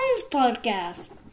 podcast